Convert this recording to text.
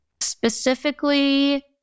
specifically